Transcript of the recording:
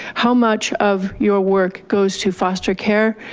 how much of your work goes to foster care,